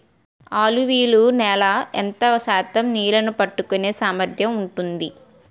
అలువియలు నేల ఎంత శాతం నీళ్ళని పట్టుకొనే సామర్థ్యం ఉంటుంది?